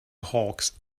hawks